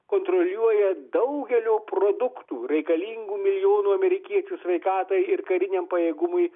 kontroliuoja daugelio produktų reikalingų milijonų amerikiečių sveikatai ir kariniam pajėgumui